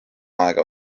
aega